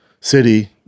City